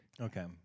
Okay